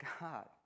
God